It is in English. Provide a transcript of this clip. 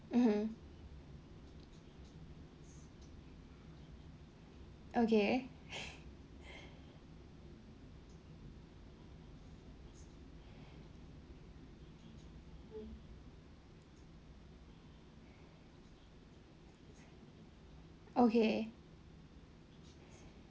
mmhmm okay okay